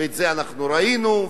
ואת זה אנחנו ראינו,